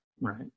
right